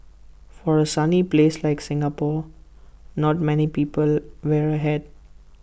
for A sunny place like Singapore not many people wear A hat